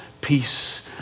peace